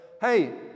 hey